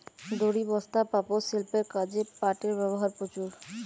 দড়ি, বস্তা, পাপোষ, শিল্পের কাজে পাটের ব্যবহার প্রচুর